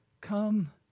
Come